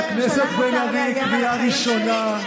חברת הכנסת בן ארי, קריאה ראשונה.